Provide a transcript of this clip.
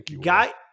guy